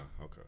okay